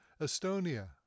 Estonia